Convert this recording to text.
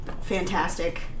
fantastic